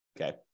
Okay